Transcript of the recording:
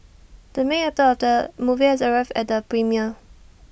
the main actor of the movie has arrived at the premiere